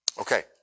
Okay